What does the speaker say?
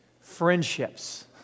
friendships